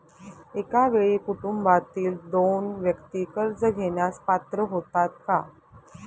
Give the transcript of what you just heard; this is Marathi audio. एका वेळी कुटुंबातील दोन व्यक्ती कर्ज घेण्यास पात्र होतात का?